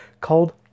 called